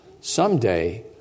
someday